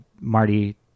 Marty